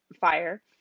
fire